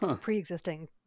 pre-existing